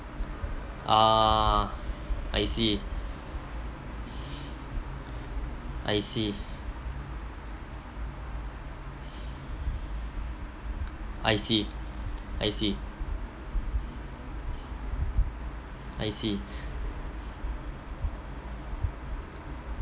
ah I see I see I see I see I see